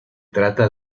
trata